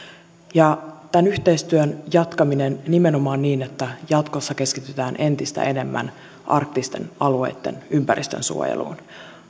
ja tämän yhteistyön jatkaminen nimenomaan niin että jatkossa keskitytään entistä enemmän arktisten alueitten ympäristönsuojeluun